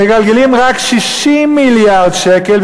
מגלגלות רק 60 מיליארד שקל,